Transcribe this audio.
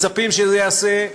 מצפים שייעשו.